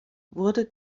wurde